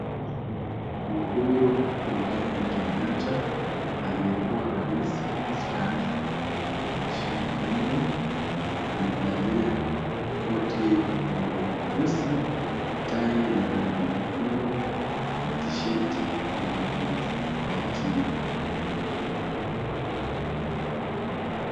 Uhuru Muigai Kenyatta aliyekuwa rais mustaafu wa nchini Kenya amevalia koti yenye rangi ya nyeusi, tai yenye rangi nyekundu na tshati yenye rangi ya samawati.